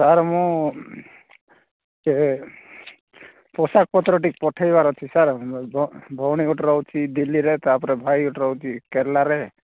sir ମୁଁ ଯେ ପୋଷାକପତ୍ର ଟିକେ ପଠାଇବାର ଅଛି ସାର୍ ଭଉଣୀ ଗୋଟିଏ ରହୁଛି ଦିଲ୍ଲୀରେ ତା'ପରେ ଭାଇ ଗୋଟିଏ ରହୁଛି କେରଲାରେ